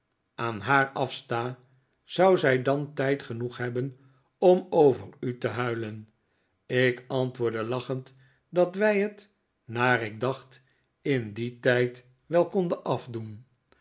aan haar afsta zou zij dan tijd genoeg hebben om over u te huilen ik antwoordde lachend dat wij het naar ik dacht in dien tijd wel konden afdoen